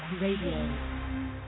Radio